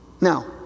Now